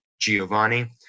giovanni